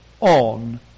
on